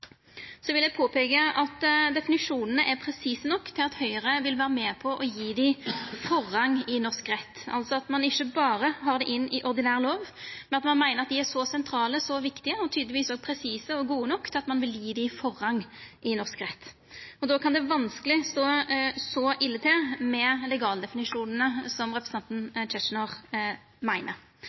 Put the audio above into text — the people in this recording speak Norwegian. så sentrale og så viktige – og tydelegvis òg presise og gode nok – at ein vil gje dei forrang i norsk rett. Då kan det vanskeleg stå så ille til med legaldefinisjonane som representanten Tetzschner meiner.